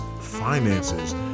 finances